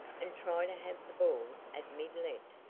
and try to have the ball at mid-lent.